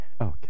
Okay